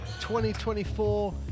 2024